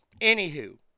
Anywho